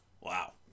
wow